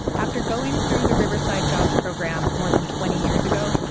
after going through the riverside jobs program more than twenty years ago,